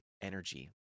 energy